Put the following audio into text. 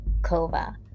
Kova